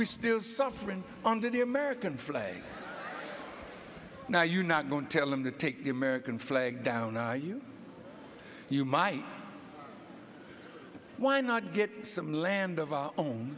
we still suffering under the american flag now you're not going to tell them to take the american flag down are you you might why not get some land of our own